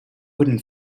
wooden